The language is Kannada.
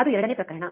ಅದು ಎರಡನೇ ಪ್ರಕರಣ